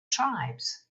tribes